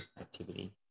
activity